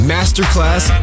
Masterclass